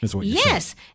Yes